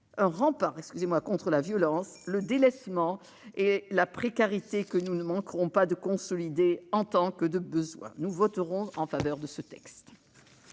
un rempart contre la violence, le délaissement et la précarité, que nous ne manquerons pas de consolider en tant que de besoin. Le groupe Les Indépendants votera en faveur de ce texte.